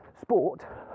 sport